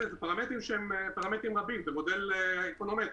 אלה פרמטרים רבים במודל אקונומטרי.